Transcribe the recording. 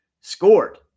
scored